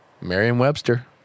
Merriam-Webster